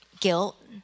guilt